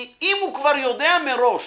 כי אם הוא כבר יודע מראש